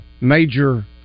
major